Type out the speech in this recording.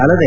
ಅಲ್ಲದೆ